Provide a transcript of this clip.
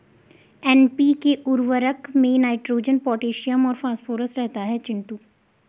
NPK उर्वरक में nitrogen potassium और फास्फोरस रहता है चिंटू